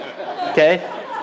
okay